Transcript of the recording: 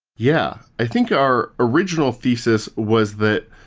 yeah. i think our original thesis was that